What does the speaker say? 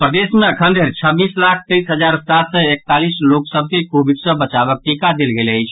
प्रदेश मे अखन धरि छब्बीस लाख तैईस हजार सात सय एकतालीस लोक सभ के कोविड सॅ बचावक टीका देल गेल अछि